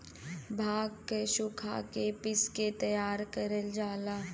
भांग के सुखा के पिस के तैयार करल जाला